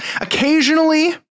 occasionally